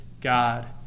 god